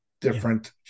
different